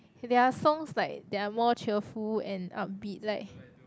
their songs like they are more cheerful and upbeat like